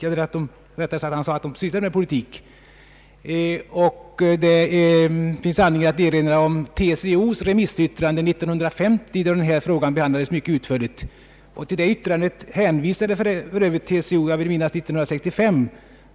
Det finns anledning att erinra om TCO:s remissyttrande 1950, då den här frågan behandlades mycket utförligt. Till det yttrandet hänvisade TCO 1965; jag vill minnas att det var då.